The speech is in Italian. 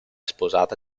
sposata